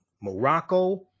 morocco